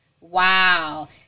Wow